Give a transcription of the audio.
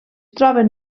troben